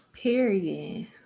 Period